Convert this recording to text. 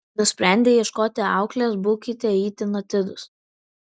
nusprendę ieškoti auklės būkite itin atidūs